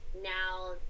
Now